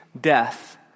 death